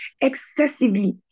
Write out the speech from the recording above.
excessively